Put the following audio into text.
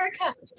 America